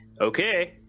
Okay